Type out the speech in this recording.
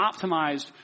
optimized